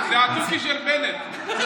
זה התוכי של בנט.